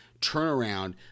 turnaround